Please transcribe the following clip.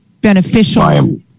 beneficial